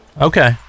Okay